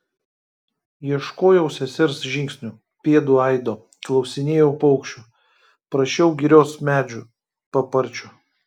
ieškojau sesers žingsnių pėdų aido klausinėjau paukščių prašiau girios medžių paparčių